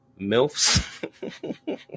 MILFs